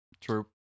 true